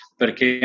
perché